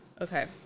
Okay